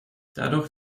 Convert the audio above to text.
dadurch